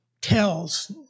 tells